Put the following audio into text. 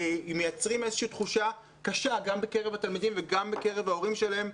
אם מייצרים איזושהי תחושה קשה גם בקרב התלמידים וגם בקרב ההורים שלהם,